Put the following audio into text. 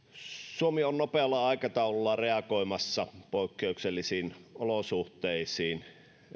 suomi on nopealla aikataululla reagoimassa poikkeuksellisiin olosuhteisiin